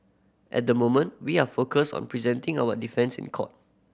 at the moment we are focused on presenting our defence in court